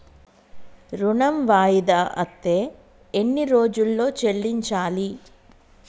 ఋణం వాయిదా అత్తే ఎన్ని రోజుల్లో చెల్లించాలి?